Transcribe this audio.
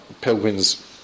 Pilgrim's